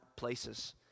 places